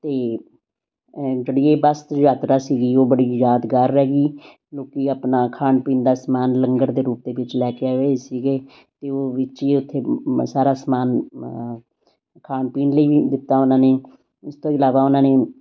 ਅਤੇ ਜਿਹੜੀ ਇਹ ਬਸ ਦੀ ਯਾਤਰਾ ਸੀਗੀ ਉਹ ਬੜੀ ਯਾਦਗਾਰ ਰਹਿ ਗਈ ਲੋਕ ਆਪਣਾ ਖਾਣ ਪੀਣ ਦਾ ਸਮਾਨ ਲੰਗਰ ਦੇ ਰੂਪ ਦੇ ਵਿੱਚ ਲੈ ਕੇ ਆਏ ਹੋਏ ਸੀਗੇ ਅਤੇ ਉਹ ਵਿੱਚ ਹੀ ਉੱਥੇ ਸਾਰਾ ਸਮਾਨ ਅ ਖਾਣ ਪੀਣ ਲਈ ਵੀ ਦਿੱਤਾ ਉਨ੍ਹਾਂ ਨੇ ਉਸ ਤੋਂ ਇਲਾਵਾ ਉਨ੍ਹਾਂ ਨੇ